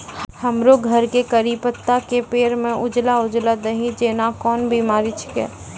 हमरो घर के कढ़ी पत्ता के पेड़ म उजला उजला दही जेना कोन बिमारी छेकै?